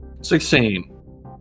sixteen